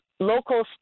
local